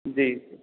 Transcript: जी